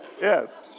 yes